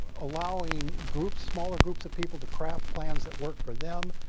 allowing groups, smaller groups of people to craft plans that work for them,